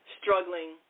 struggling